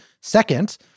Second